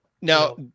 Now